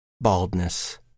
baldness